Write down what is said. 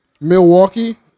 Milwaukee